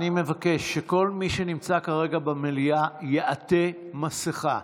אני מבקש שכל מי שנמצא כרגע במליאה יעטה מסכה.